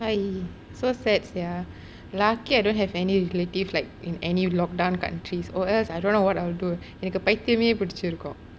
!aiya! so sad sia lucky I don't have any relatives like in any lockdown country or else I dont know what I will do எனக்கு பைத்தியமே பிடிச்சிருக்கும்:enakku paithiyamae piticcirukkum